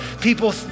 people